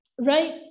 Right